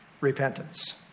repentance